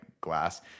glass